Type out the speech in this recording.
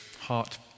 heart